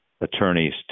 attorneys